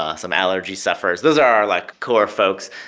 ah some allergy sufferers. those are our, like, core folks.